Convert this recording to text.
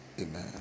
amen